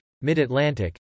Mid-Atlantic